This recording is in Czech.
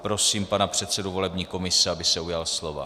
Prosím pana předsedu volební komise, aby se ujal slova.